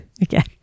again